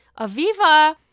Aviva